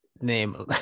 Name